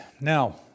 Now